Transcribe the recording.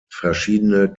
verschiedene